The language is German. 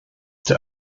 der